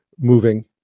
moving